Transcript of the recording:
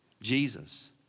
Jesus